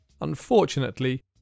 Unfortunately